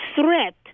threat